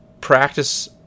practice